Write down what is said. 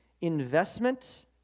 investment